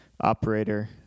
operator